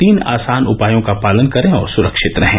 तीन आसान उपायों का पालन करें और सुरक्षित रहें